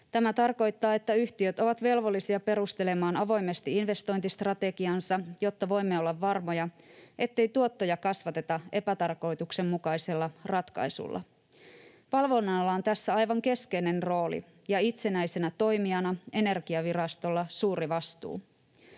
Tämä tarkoittaa, että yhtiöt ovat velvollisia perustelemaan avoimesti investointistrategiansa, jotta voimme olla varmoja, ettei tuottoja kasvateta epätarkoituksenmukaisella ratkaisulla. Valvonnalla on tässä aivan keskeinen rooli, ja itsenäisenä toimijana Energiavirastolla on suuri vastuu.